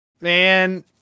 Man